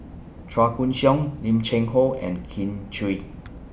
Chua Koon Siong Lim Cheng Hoe and Kin Chui